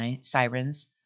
sirens